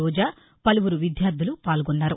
రోజా పలువురు విద్యార్థులు పాల్గొన్నారు